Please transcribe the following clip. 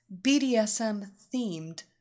bdsm-themed